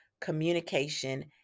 communication